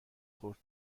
خورد